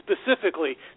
specifically